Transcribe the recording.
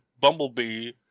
Bumblebee